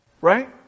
Right